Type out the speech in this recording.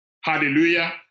Hallelujah